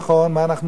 מה אנחנו עושים?